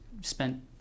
spent